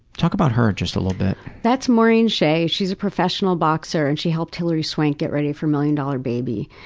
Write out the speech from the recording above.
talk about her just a little bit. that's maureen shea. she's a professional boxer. and she helped hilary swank get ready for million dollar baby.